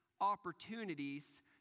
opportunities